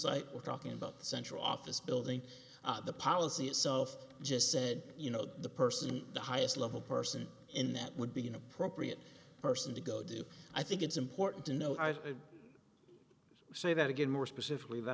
site we're talking about central office building the policy itself just said you know the person the highest level person in that would be an appropriate person to go do i think it's important to know i'd say that again more specifically the